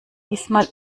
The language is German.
diesmal